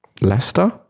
Leicester